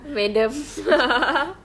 madam